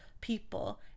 people